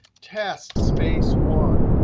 test space one.